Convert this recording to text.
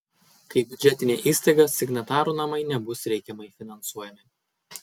kaip biudžetinė įstaiga signatarų namai nebus reikiamai finansuojami